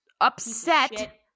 upset